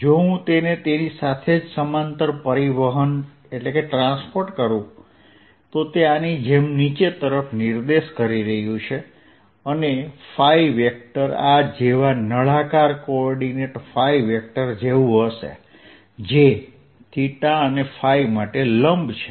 જો હું તેને તેની સાથે જ સમાંતર પરિવહન કરું છું તો તે આની જેમ નીચે તરફ નિર્દેશ કરી રહ્યું છે અને ϕ વેક્ટર આ જેવા નળાકાર કોઓર્ડિનેટ ϕ વેક્ટર જેવું હશે જે અને ϕ માટે લંબ છે